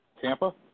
Tampa